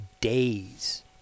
days